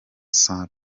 sans